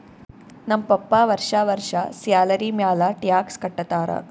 ನಮ್ ಪಪ್ಪಾ ವರ್ಷಾ ವರ್ಷಾ ಸ್ಯಾಲರಿ ಮ್ಯಾಲ ಟ್ಯಾಕ್ಸ್ ಕಟ್ಟತ್ತಾರ